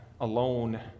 alone